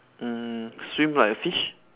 mm swim like a fish